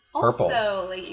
purple